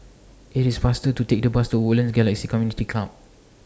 IT IS faster to Take The Bus to Woodlands Galaxy Community Club